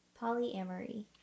polyamory